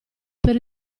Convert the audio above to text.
per